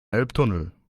elbtunnel